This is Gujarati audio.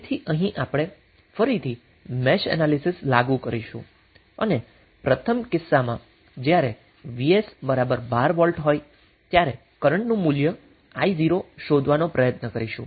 તેથી અહીં આપણે ફરીથી મેશ એનાલીસીસ લાગુ કરીશું અને પ્રથમ કિસ્સામાં જ્યારે vs 12 વોલ્ટ હોય ત્યારે કરન્ટ નું મૂલ્ય I0 શોધવાનો પ્રયત્ન કરીશું